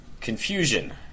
Confusion